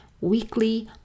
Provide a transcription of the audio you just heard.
weekly